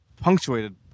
punctuated